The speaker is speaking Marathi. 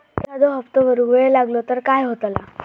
एखादो हप्तो भरुक वेळ लागलो तर काय होतला?